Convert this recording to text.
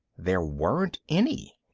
there weren't any.